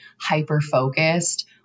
hyper-focused